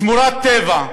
שמורת טבע,